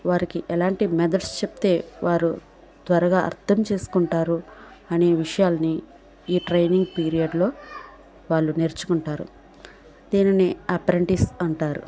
వారికి ఎలాంటి మెథడ్స్ చెప్తే వారు త్వరగా అర్థం చేసుకుంటారో అనే విషయాల్ని ఈ ట్రైనింగ్ పీరియడ్లో వాళ్ళు నేర్చుకుంటారు దీనిని అప్రెంటిస్ అంటారు